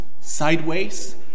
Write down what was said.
sideways